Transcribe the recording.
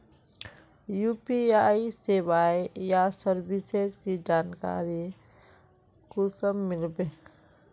UPI सेवाएँ या services की जानकारी कुंसम मिलबे?